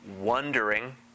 wondering